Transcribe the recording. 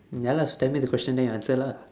ya lah so tell me the question then you answer lah